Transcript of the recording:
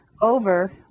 over